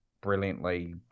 brilliantly